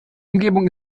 umgebung